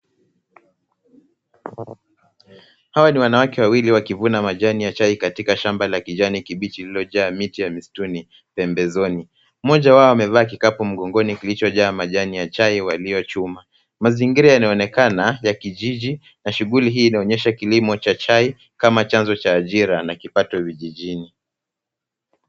Hawa ni wanawake wawili wakivuna majani ya chai katika shamba la kijani kibichi lililojaa miti ya mistuni pembezoni. Mmoja wao amevaa kikapu mgongoni kilichojaa majani ya chai waliochuma. Mazingira yanaonekana ya kijiji na shughuli hii inaonyesha kilimo cha chai kama chanzo cha ajira na kipato vijijini.